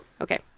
Okay